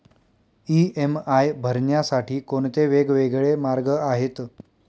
EMI भरण्यासाठी कोणते वेगवेगळे मार्ग आहेत?